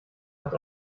hat